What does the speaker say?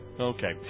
Okay